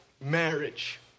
marriage